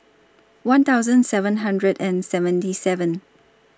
one thousand seven hundred and seventy seven